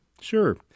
Sure